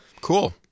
Cool